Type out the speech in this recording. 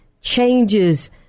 changes